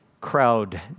crowd